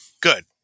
Good